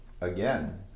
again